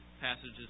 passages